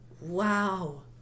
Wow